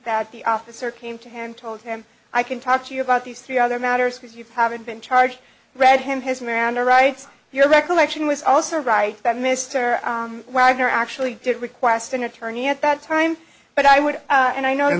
that the officer came to him told him i can talk to you about these three other matters because you haven't been charged read him his miranda rights your recollection was also right that mr wagner actually did request an attorney at that time but i would and i know and the